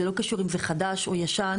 זה לא קשור אם זה חדש או ישן.